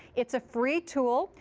it's a free tool.